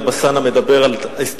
כשחבר הכנסת טלב אלסאנע מדבר על ההיסטוריה,